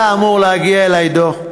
היה אמור להגיע אלי דוח,